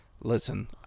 listen